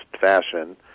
fashion